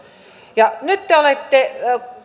nyt te te olette